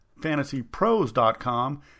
fantasypros.com